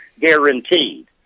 guaranteed